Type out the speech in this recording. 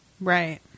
Right